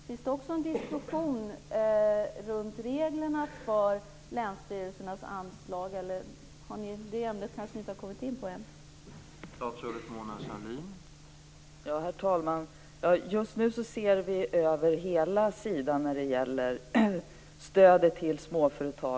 Finns det också en diskussion runt reglerna för länsstyrelsernas anslag, eller har man inte kommit in på det ämnet än?